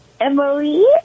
Emily